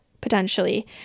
potentially